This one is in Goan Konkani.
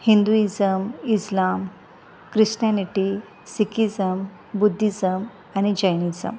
Hinduism Islam Christianity Sikhism Buddhism आनी जैनिजम